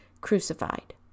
crucified